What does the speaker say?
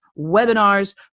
webinars